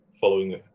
following